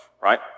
Right